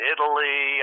Italy